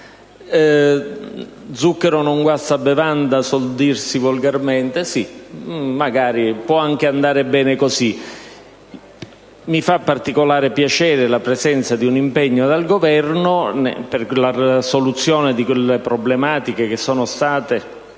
«Zucchero non guasta bevanda», suol dirsi volgarmente: dunque può anche andare bene così. Mi fa particolare piacere la presenza e l'impegno del Governo per la soluzione delle problematiche poste